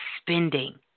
spending